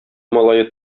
малае